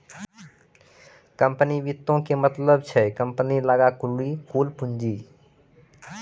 company वित्तो के मतलब छै कम्पनी लगां कुल पूंजी